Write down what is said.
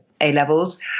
A-levels